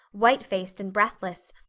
white faced and breathless,